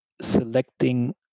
selecting